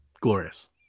glorious